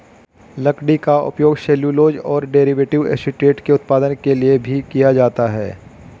लकड़ी का उपयोग सेल्यूलोज और डेरिवेटिव एसीटेट के उत्पादन के लिए भी किया जाता है